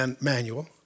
manual